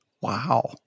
Wow